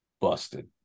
busted